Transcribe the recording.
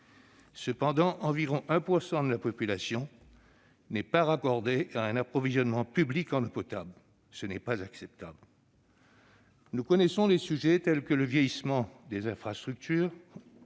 Cependant, environ 1 % de la population n'est pas raccordée à un approvisionnement public en eau potable. Ce n'est pas acceptable. Nous connaissons les sujets tels que le vieillissement des infrastructures